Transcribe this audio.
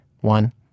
One